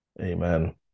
Amen